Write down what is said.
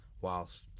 Whilst